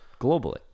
globally